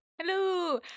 Hello